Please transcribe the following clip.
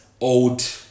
Old